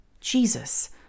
Jesus